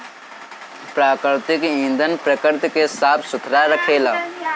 प्राकृतिक ईंधन प्रकृति के साफ सुथरा रखेला